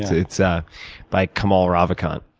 it's ah by kamal ravikant.